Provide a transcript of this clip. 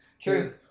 True